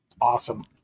Awesome